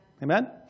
Amen